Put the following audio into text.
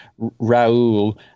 Raul